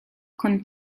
con